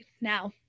now